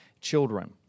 children